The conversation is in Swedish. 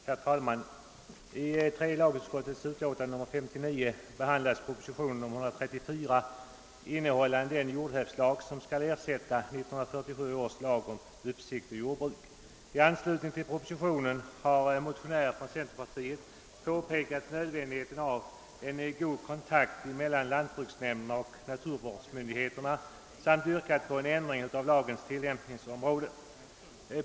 Herr talman! I tredje lagutskottets utlåtande nr 59 behandlas propositionen 134, innehållande den jordhävdslag som skall ersätta 1947 års lag om uppsikt å jordbruk. I anslutning till propositionen har motionärer från centerpartiet påpekat nödvändigheten av en god kontakt mellan lantbruksnämnderna och naturvårdsmyndigheterna samt yrkat på en ändring av lagens tillämpningsområde.